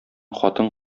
хатын